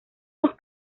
los